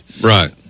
Right